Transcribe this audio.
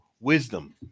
wisdom